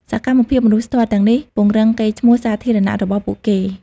សកម្មភាពមនុស្សធម៌ទាំងនេះពង្រឹងកេរ្តិ៍ឈ្មោះសាធារណៈរបស់ពួកគេ។